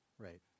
Right